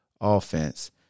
offense